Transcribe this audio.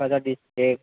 Kokrajhar district